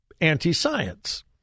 anti-science